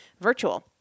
virtual